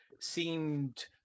seemed